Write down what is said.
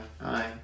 Aye